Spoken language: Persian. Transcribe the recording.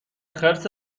خرس